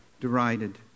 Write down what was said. derided